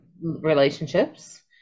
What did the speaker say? relationships